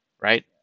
right